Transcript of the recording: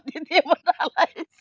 साबदेदेमोन नालाय एसे